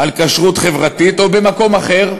כשרות חברתית, או במקום אחר,